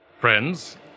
Friends